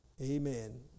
Amen